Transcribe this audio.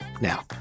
Now